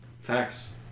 Facts